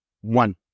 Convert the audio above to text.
one